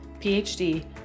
PhD